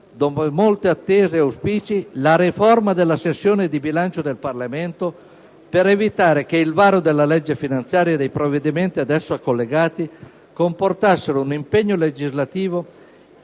dopo le molte attese e auspici, la riforma della sessione di bilancio del Parlamento, per evitare che il varo della legge finanziaria e dei provvedimenti ad essa collegati comportasse un impegno legislativo